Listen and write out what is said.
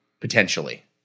potentially